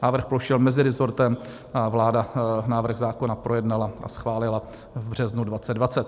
Návrh prošel meziresortem a vláda návrh zákona projednala a schválila v březnu 2020.